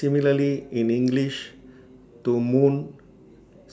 similarly in English to 'moon'